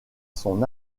son